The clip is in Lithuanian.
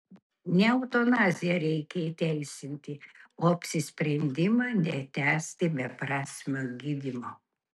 ne eutanaziją reikia įteisinti o apsisprendimą netęsti beprasmio gydymo